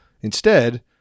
instead-